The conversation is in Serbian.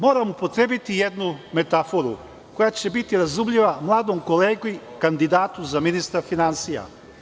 Moram upotrebiti jednu metaforu, koja će biti razumljiva mladom kolegi, kandidatu za ministra finansija.